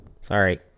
sorry